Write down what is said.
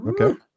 okay